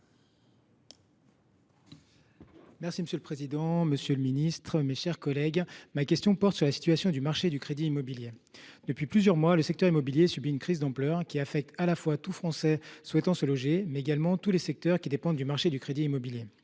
et numérique. Monsieur le ministre, ma question porte sur la situation du marché du crédit immobilier. Depuis plusieurs mois, le secteur immobilier subit une crise d’ampleur qui touche à la fois tout Français souhaitant se loger et tous les secteurs qui dépendent du marché du crédit immobilier.